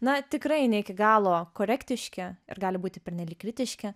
na tikrai ne iki galo korektiški ir gali būti pernelyg kritiški